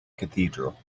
cathedral